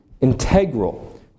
integral